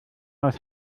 aus